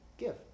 give